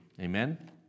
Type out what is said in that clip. Amen